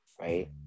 right